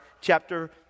chapter